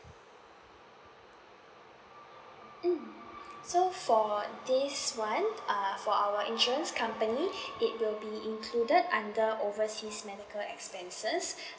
mm so for this one uh for our insurance company it will be included under overseas medical expenses